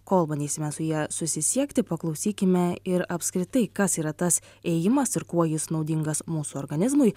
kol bandysime su ja susisiekti paklausykime ir apskritai kas yra tas ėjimas ir kuo jis naudingas mūsų organizmui